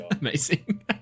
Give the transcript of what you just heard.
amazing